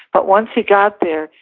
but once he got there,